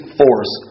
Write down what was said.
force